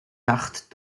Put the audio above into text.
nacht